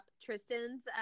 Tristan's